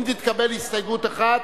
אם תתקבל הסתייגות אחת,